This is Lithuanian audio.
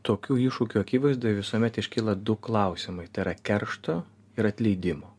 tokių iššūkių akivaizdoj visuomet iškyla du klausimai tai yra keršto ir atleidimo